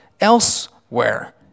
elsewhere